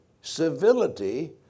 civility